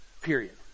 period